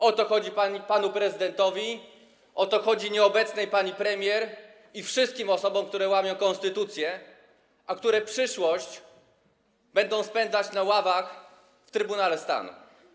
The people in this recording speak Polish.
O to chodzi panu prezydentowi, o to chodzi nieobecnej pani premier i wszystkim osobom, które łamią konstytucję, a które przyszłość będą spędzać na ławach w Trybunale Stanu.